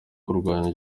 kurwanya